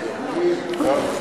לא.